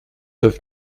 neuf